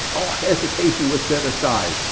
all hesitation was set aside.